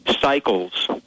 cycles